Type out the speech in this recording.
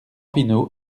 pineau